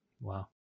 Wow